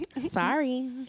sorry